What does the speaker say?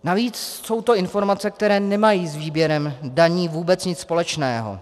Navíc jsou to informace, které nemají s výběrem daní vůbec nic společného.